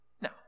Now